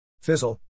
Fizzle